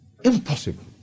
Impossible